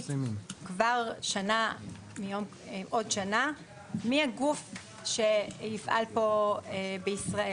כבר בעוד שנה מי הגוף שיפעל בישראל.